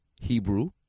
Hebrew